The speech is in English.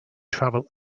travel